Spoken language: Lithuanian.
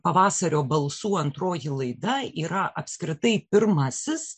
pavasario balsų antroji laida yra apskritai pirmasis